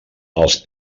els